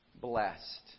blessed